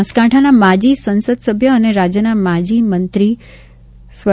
બનાસકાંઠાના માજી સંસદ સભ્ય અને રાજ્યના માજી મંત્રી સ્વ